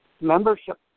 Membership